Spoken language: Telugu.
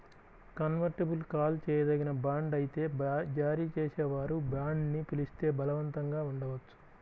కన్వర్టిబుల్ కాల్ చేయదగిన బాండ్ అయితే జారీ చేసేవారు బాండ్ని పిలిస్తే బలవంతంగా ఉండవచ్చు